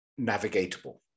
navigatable